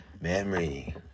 memory